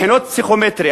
הבחינות הפסיכומטריות,